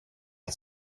att